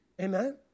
Amen